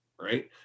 right